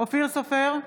אופיר סופר,